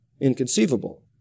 Inconceivable